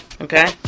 Okay